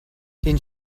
den